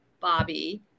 Bobby